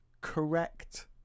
correct